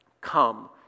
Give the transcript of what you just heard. Come